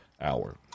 hour